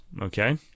Okay